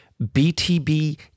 BTB